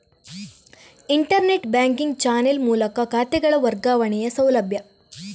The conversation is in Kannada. ಇಂಟರ್ನೆಟ್ ಬ್ಯಾಂಕಿಂಗ್ ಚಾನೆಲ್ ಮೂಲಕ ಖಾತೆಗಳ ವರ್ಗಾವಣೆಯ ಸೌಲಭ್ಯ